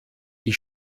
die